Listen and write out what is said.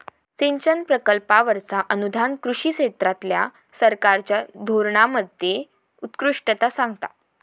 सिंचन प्रकल्पांवरचा अनुदान कृषी क्षेत्रातल्या सरकारच्या धोरणांमध्ये उत्कृष्टता सांगता